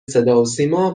صداسیما